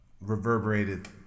reverberated